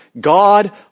God